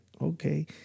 okay